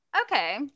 Okay